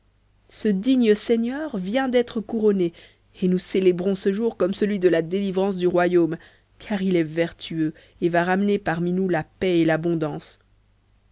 ce digne seigneur vient d'être couronné et nous célébrons ce jour comme celui de la délivrance du royaume car il est vertueux et va ramener parmi nous la paix et l'abondance